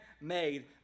made